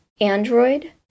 Android